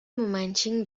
memancing